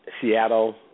Seattle